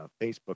Facebook